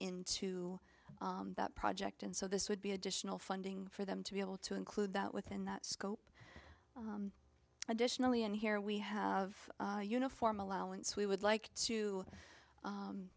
into that project and so this would be additional funding for them to be able to include that within that scope additionally and here we have a uniform allowance we would like to